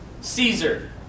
Caesar